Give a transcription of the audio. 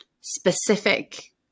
specific